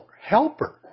helper